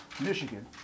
Michigan